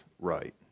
right